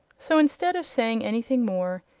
so, instead of saying anything more,